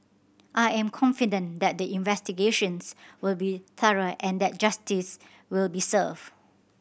I am confident that the investigations will be thorough and that justice will be served